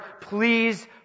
please